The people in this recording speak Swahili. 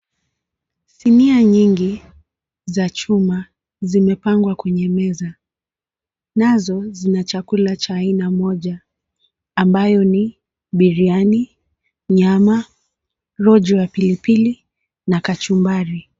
Sinia nyingi za chuma zimepangwa kwenye meza. Nazo zina chakula cha aina moja ambayo ni biriani, nyama, rojo ya pilipili na kachumbari.